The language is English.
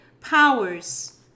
powers